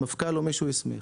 מפכ"ל או מי שהוא הסמיך.